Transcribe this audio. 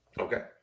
Okay